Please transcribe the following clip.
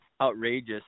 outrageous